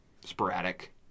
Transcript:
sporadic